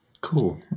Cool